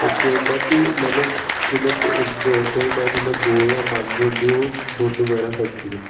ते केह् होंदा कि मतलब जियां तुसें पता जियां गौ जां मंज होंदी ओह् दुद्ध बगैरा कड्ढदी ऐ